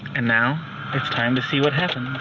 and now it's time to see what happens.